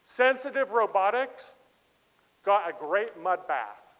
sensitive robotics got a great mud bath.